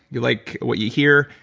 you like what you hear.